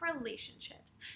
relationships